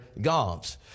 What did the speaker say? gods